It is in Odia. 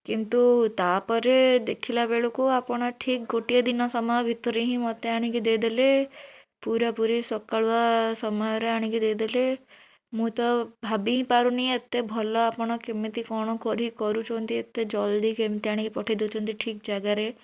କିନ୍ତୁ ତା'ପରେ ଦେଖିଲା ବେଳକୁ ଆପଣ ଠିକ୍ ଗୋଟିଏ ଦିନ ସମୟ ଭିତରେ ହିଁ ମତେ ଆଣିକି ଦେଇ ଦେଲେ ପୂରା ପୂରି ସକାଳୁଆ ସମୟରେ ଆଣିକି ଦେଇ ଦେଲେ ମୁଁ ତ ଭାବି ହିଁ ପାରୁନି ଏତେ ଭଲ ଆପଣ କେମିତି କ'ଣ କରିକି କରୁଛନ୍ତି ଏତେ ଜଲ୍ଦି କେମିତି ଆଣିକି ପଠାଇ ଦେଉଛନ୍ତି ଠିକ୍ ଜାଗାରେ